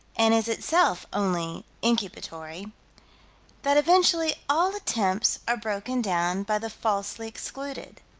and is itself only incubatory that eventually all attempts are broken down by the falsely excluded.